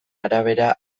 arabera